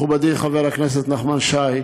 מכובדי, חבר הכנסת נחמן שי,